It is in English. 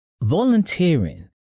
Volunteering